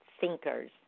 thinkers